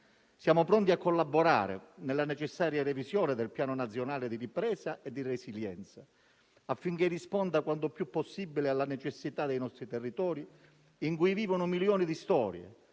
Siamo pronti a collaborare nella necessaria revisione del Piano nazionale di ripresa e di resilienza, affinché risponda quanto più possibile alla necessità dei nostri territori in cui vivono milioni di storie,